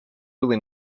really